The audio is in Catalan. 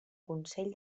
consell